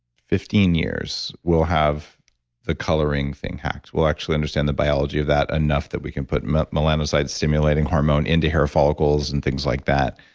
fifteen years we'll have the coloring thing hacked. we'll actually understand the biology of that enough that we can put melanocyte-stimulating hormone into hair follicles and things like that